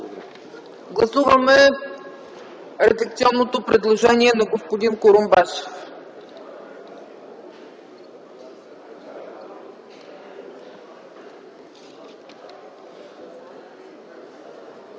гласуваме редакционното предложение на господин Петър